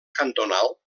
cantonal